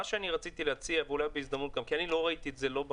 אני רוצה להציע משהו שלא שמעתי מכם וגם לא ראיתי במסמכים.